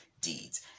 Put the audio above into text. deeds